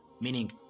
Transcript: meaning